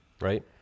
Right